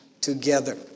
together